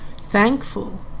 thankful